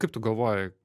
kaip tu galvoji